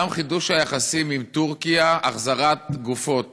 גם חידוש היחסים עם טורקיה, החזרת גופות